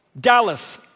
Dallas